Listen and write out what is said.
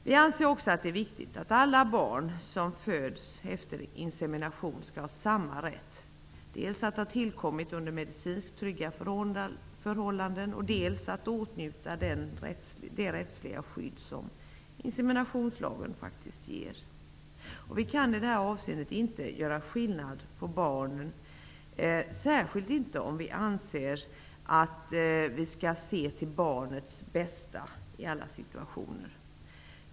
Vi anser också att det är viktigt att alla barn som föds efter insemination skall ha samma rätt, dels att ha tillkommit under medicinskt trygga förhållanden, dels att åtnjuta det rättsliga skydd som inseminationslagen ger. Vi kan i detta avseende inte göra skillnad på barn, särskilt inte om vi skall se till barnets bästa i alla situationer.